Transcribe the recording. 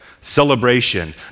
Celebration